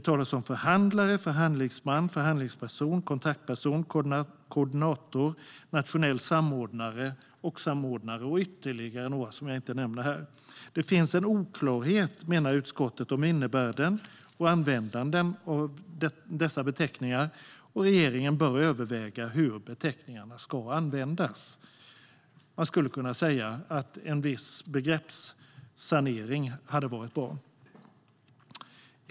Det talas om förhandlare, förhandlingsman, förhandlingsperson, kontaktperson, koordinator, nationell samordnare och samordnare - och ytterligare några som jag inte nämner här. Det finns en oklarhet, menar utskottet, när det gäller innebörden och användandet av dessa beteckningar. Regeringen bör överväga hur beteckningarna ska användas. Man skulle kunna säga att en viss begreppssanering hade varit bra.